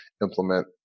implement